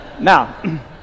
Now